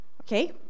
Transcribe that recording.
Okay